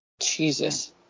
Jesus